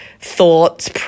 thoughts